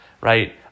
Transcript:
right